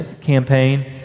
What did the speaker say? campaign